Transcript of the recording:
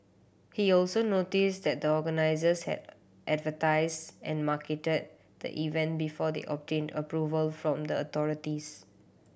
he also notes that the organisers had advertise and marketed the event before they obtained approval from the authorities